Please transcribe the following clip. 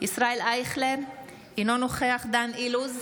ישראל אייכלר, אינו נוכח דן אילוז,